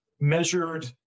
measured